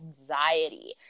anxiety